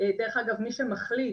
דרך אגב, מי שמחליט